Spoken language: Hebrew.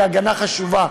ההגנה חשובה,